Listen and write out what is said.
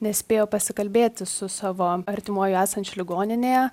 nespėjo pasikalbėti su savo artimuoju esančiu ligoninėje